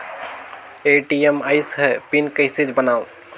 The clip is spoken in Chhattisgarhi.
ए.टी.एम आइस ह पिन कइसे बनाओ?